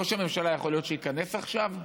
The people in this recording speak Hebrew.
ראש הממשלה יכול להיות שייכנס עכשיו?